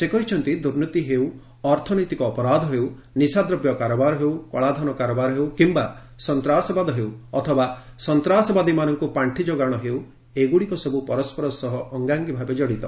ସେ କହିଛନ୍ତି ଦୂର୍ନୀତି ହେଉ ଅର୍ଥନୈତିକ ଅପରାଧ ହେଉ ନିଶାଦ୍ରବ୍ୟ କାରବାର ହେଉ କଳାଧନ କାରବାର ହେଉ କିମ୍ବା ସନ୍ତ୍ରାସବାଦ ହେଉ ଅଥବା ସନ୍ତ୍ରାସବାଦୀମାନଙ୍କୁ ପାର୍ଶ୍ଚି ଯୋଗାଣ ହେଉ ଏଗୁଡ଼ିକ ସବୁ ପରସ୍କର ସହ ଅଙ୍ଗାଙ୍ଗୀ ଭାବେ ଜଡ଼ିତ